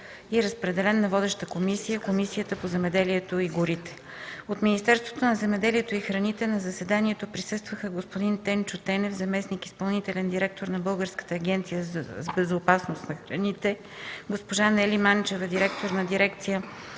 и разпределен на водеща комисия – Комисията по земеделието и горите. От Министерството на земеделието и храните на заседанието присъстваха: господин Тенчо Тенев – заместник-изпълнителен директор на Българската агенция за безопасност на храните, госпожа Нели Манчева – директор на дирекция